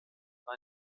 war